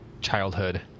childhood